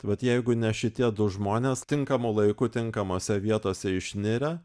vat jeigu ne šitie du žmonės tinkamu laiku tinkamose vietose išnirę